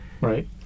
Right